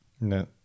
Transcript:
No